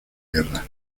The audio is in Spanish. guerra